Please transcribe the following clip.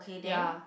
ya